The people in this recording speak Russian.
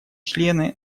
члены